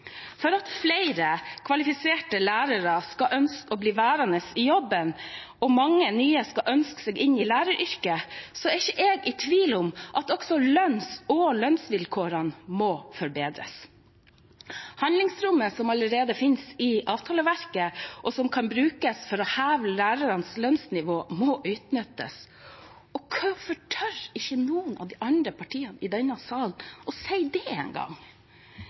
For at flere kvalifiserte lærere skal ønske å bli værende i jobben og mange nye skal ønske seg inn i læreryrket, er jeg ikke i tvil om at også lønningene og lønnsvilkårene må forbedres. Handlingsrommet som allerede finnes i avtaleverket, og som kan brukes til å heve lærernes lønnsnivå, må utnyttes. Hvorfor tør ikke noen av de andre partiene i denne salen engang å si det?